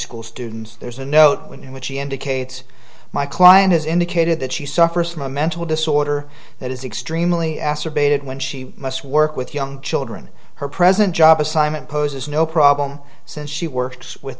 school students there's a note in which she indicates my client has indicated that she suffers from a mental disorder that is extremely ass abated when she must work with young children her present job assignment poses no problem since she works with